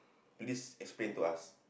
please explain to us